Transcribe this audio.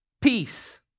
peace